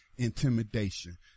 intimidation